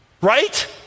Right